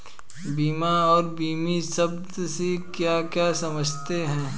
बीमा और बीमित शब्द से आप क्या समझते हैं?